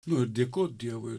nu ir dėkot dievui